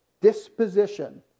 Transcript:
disposition